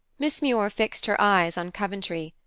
miss muir fixed her eyes on coventry,